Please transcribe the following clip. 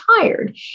tired